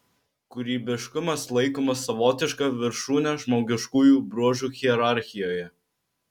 kūrybiškumas laikomas savotiška viršūne žmogiškųjų bruožų hierarchijoje